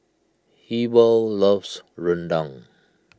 Heber loves Rendang